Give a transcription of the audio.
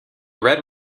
red